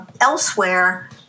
elsewhere